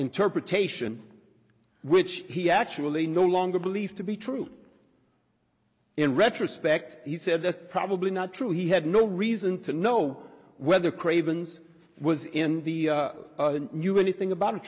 interpretation which he actually no longer believed to be true in retrospect he said that's probably not true he had no reason to know whether craven's was in the knew anything about a